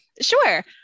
Sure